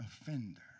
offender